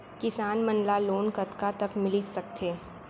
किसान मन ला लोन कतका तक मिलिस सकथे?